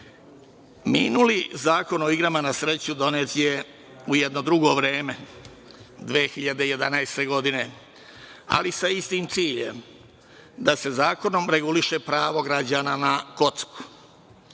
sreću. Minuli Zakon o igrama na sreću, donet je u jedno drugo vreme, 2011. godine, ali sa istim ciljem, da se zakonom reguliše pravo građana na kocku.